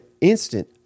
instant